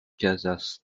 casas